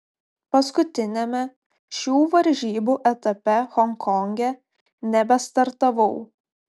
paskutiniame šių varžybų etape honkonge nebestartavau